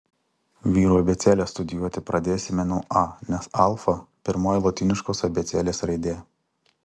vyrų abėcėlę studijuoti pradėsime nuo a nes alfa pirmoji lotyniškos abėcėlės raidė